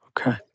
okay